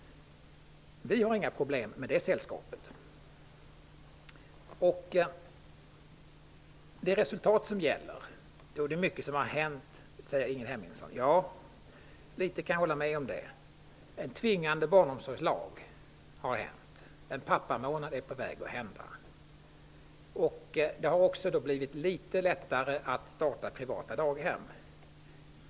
Vi har inga problem med det sällskapet. Ingrid Hemmingsson säger att det är resultat som gäller och att mycket har hänt. Ja, till viss del kan jag hålla med om det. En tvingande barnomsorgslag har kommit. En pappamånad är på väg. Det har också blivit litet lättare att starta privata daghem.